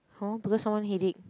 hor because someone headache